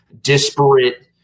disparate